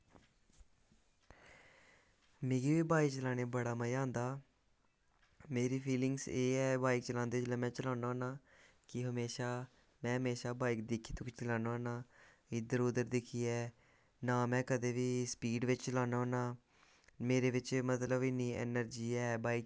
मिगी बाईक चलाने गी बड़ा मज़ा आंदा मेरी फिलींग्स एह् ऐ केह् बाइक चलांदे जेल्लै में बाईक चलाना होना कि म्हेशा में बाईक दिक्खी गै चलाना होना इद्धर उद्धर दिक्खियै नां में कदें स्पीड़ बिच्च चलाना होन्ना मेरे बिच्च मतलब कि इन्नी एनर्जी ऐ बाईक